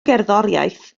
gerddoriaeth